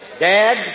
Dad